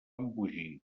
embogir